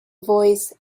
voice